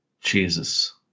Jesus